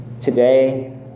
today